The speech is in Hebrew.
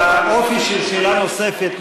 האופי של שאלה נוספת,